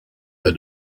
the